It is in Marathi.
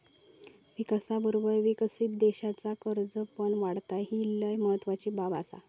विकासाबरोबर विकसित देशाचा कर्ज पण वाढता, ही लय महत्वाची बाब आसा